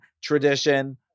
tradition